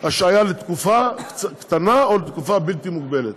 השעיה לתקופה קצרה או לתקופה בלתי מוגבלת.